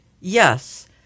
yes